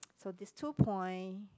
so this two point